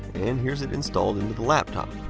and here's it installed into the laptop.